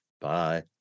Bye